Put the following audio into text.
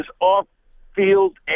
off-field